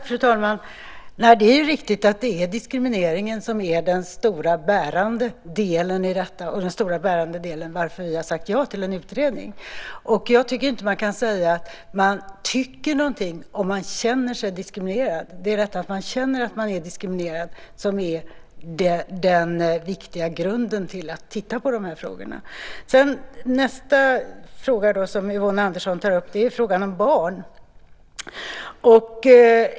Fru talman! Nej, det är riktigt att det är diskrimineringen som är det bärande skälet till att vi har sagt ja till en utredning. Jag tycker inte att man kan säga att man tycker någonting om man känner sig diskriminerad. Det är att någon känner sig diskriminerad som utgör grunden till att man bör titta på dessa frågor. Nästa fråga som Yvonne Andersson tog upp gällde barn.